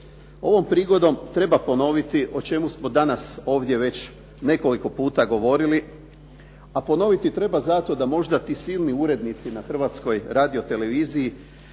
Ovom prigodom treba ponoviti o čemu smo danas ovdje već nekoliko puta govorili, a ponoviti treba zato da možda ti silni urednici na Hrvatskoj radioteleviziji